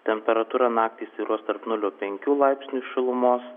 temperatūra naktį svyruos tarp nulio penkių laipsnių šilumos